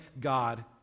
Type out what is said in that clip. God